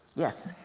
yes,